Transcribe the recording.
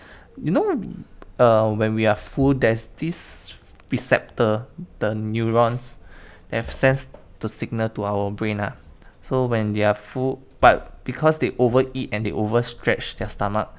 you know err when we are full there's this receptor the neutrons that sends the signal to our brain lah so when they are full but because they over eat and they overstretch their stomach